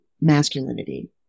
masculinity